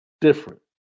different